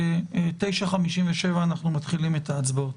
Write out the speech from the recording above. ב-9:57 אנחנו מתחילים את ההצבעות.